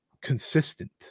consistent